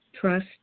Trust